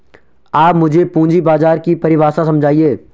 आप मुझे पूंजी बाजार की परिभाषा समझाइए